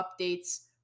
updates